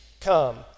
come